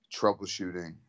troubleshooting